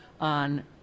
on